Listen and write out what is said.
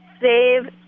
Save